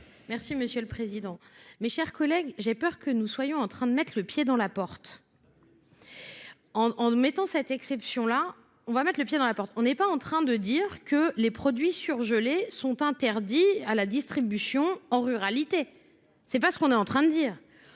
Merci Monsieur le Président. Mes chers collègues, j'ai peur que nous soyons en train de mettre le pied dans la porte. En mettant cette exception là, on va mettre le pied dans la porte. On n'est pas en train de dire que les produits surgelés sont interdits à la distribution en ruralité. C'est pas ce qu'on est en train de dire.